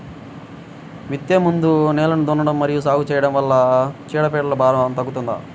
విత్తే ముందు నేలను దున్నడం మరియు సాగు చేయడం వల్ల చీడపీడల భారం తగ్గుతుందా?